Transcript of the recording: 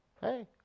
hey